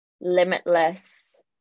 limitless